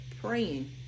praying